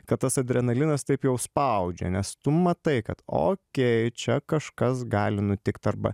kad tas adrenalinas taip jau spaudžia nes tu matai kad okei čia kažkas gali nutikt arba